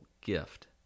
gift